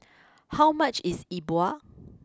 how much is Yi Bua